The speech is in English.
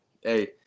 Hey